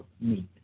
meet